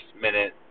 minute